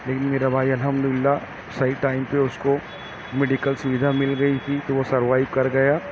لیکن میرا بھائی الحمد للہ صحیح ٹائم پہ اس کو میڈیکل سویدھا مل گئی تھی تو وہ سروایئو کر گیا